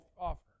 offer